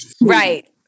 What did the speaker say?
Right